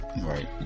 Right